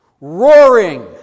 Roaring